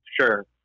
sure